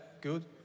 Good